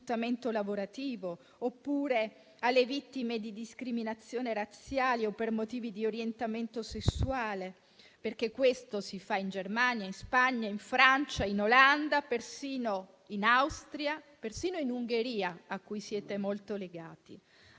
lavorativo oppure di discriminazioni razziali o per motivi di orientamento sessuale (perché questo si fa in Germania, in Spagna, in Francia, in Olanda e persino in Austria e in Ungheria, Paese a cui siete molto legati),